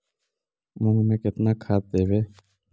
मुंग में केतना खाद देवे?